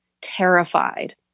terrified